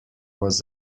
was